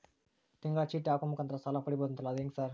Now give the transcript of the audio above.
ತಿಂಗಳ ಚೇಟಿ ಹಾಕುವ ಮುಖಾಂತರ ಸಾಲ ಪಡಿಬಹುದಂತಲ ಅದು ಹೆಂಗ ಸರ್?